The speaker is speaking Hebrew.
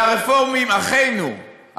והרפורמים אחינו,